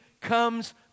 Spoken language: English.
comes